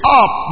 up